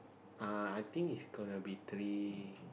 uh I think it's gonna be three